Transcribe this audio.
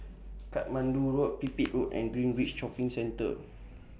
Katmandu Road Pipit Road and Greenridge Shopping Centre